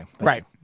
Right